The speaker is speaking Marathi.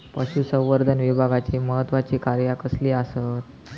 पशुसंवर्धन विभागाची महत्त्वाची कार्या कसली आसत?